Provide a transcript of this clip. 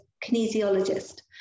kinesiologist